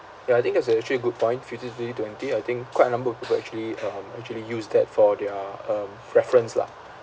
ya I think it's a actually good point fifty thirty twenty I think quite a number of people actually um actually use that for their um preference lah